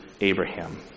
Abraham